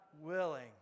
willing